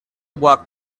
walked